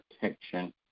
protection